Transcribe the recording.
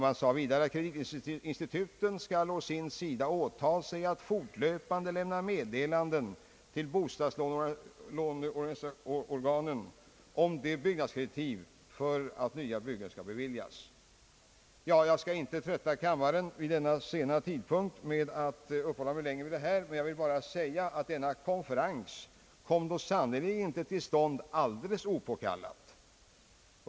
Man sade vidare, att kreditinstituten skall å sin sida åtaga sig att fortlöpande lämna meddelanden till bostadslåneorganen om byggnadskreditiv för att nya byggnadslån skall beviljas. Jag skall inte trötta kammaren vid denna sena tidpunkt med att uppehålla mig längre vid det här, men jag vill säga att denna konferens sannerligen inte kom till stånd alldeles opåkallat.